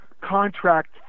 Contract